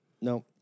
No